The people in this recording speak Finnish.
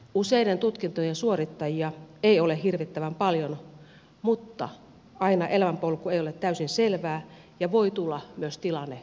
useiden tutkintojen suorittajia ei ole hirvittävän paljon mutta aina elämänpolku ei ole täysin selvää ja voi tulla myös tilanne vaihtaa alaa